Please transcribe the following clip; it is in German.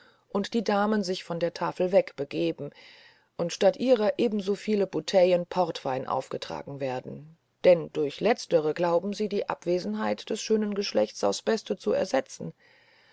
und die damen sich von der tafel wegbegeben und statt ihrer ebenso viele bouteillen portwein aufgetragen werden denn durch letztere glauben sie die abwesenheit des schönen geschlechtes aufs beste zu ersetzen